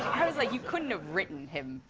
i was like, you couldn't have written him.